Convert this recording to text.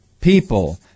people